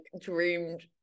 dreamed